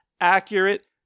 accurate